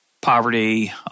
poverty